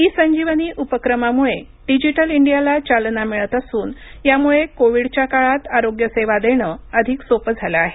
इ संजीवनी उपक्रमामुळे डिजिटल इंडियाला चालना मिळत असून यामुळे कोविडच्या काळात आरोग्य सेवा देणं अधिक सोपं झालं आहे